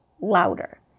louder